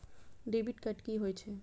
Debit card की होय छे?